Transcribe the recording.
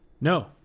no